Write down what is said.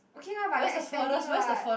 okay lah but they're expanding what